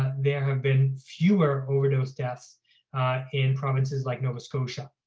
there have been fewer overdose deaths in provinces like nova scotia.